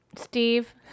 Steve